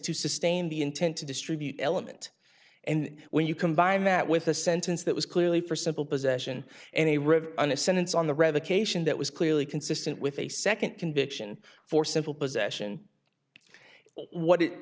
to sustain the intent to distribute element and when you combine that with a sentence that was clearly for simple possession and a read on a sentence on the revocation that was clearly consistent with a second conviction for simple possession what it